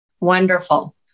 Wonderful